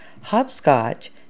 Hopscotch